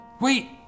Wait